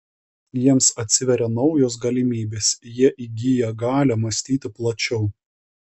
jiems atsiveria naujos galimybės jie įgyja galią mąstyti plačiau